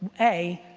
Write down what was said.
a,